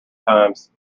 times